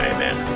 Amen